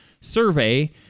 survey